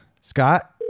Scott